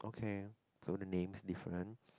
okay so the name's different